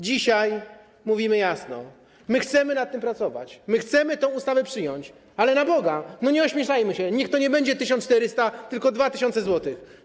Dzisiaj mówimy jasno: chcemy nad tym pracować, chcemy tę ustawę przyjąć, ale na Boga, nie ośmieszajmy się, niech to nie będzie 1400, tylko 2 tys. zł.